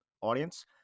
audience